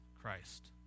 Christ